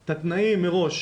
את התנאים מראש,